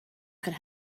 could